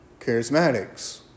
charismatics